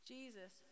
Jesus